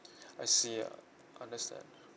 I see ya understand